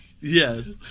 Yes